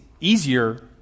easier